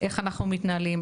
איך אנחנו מתנהלים,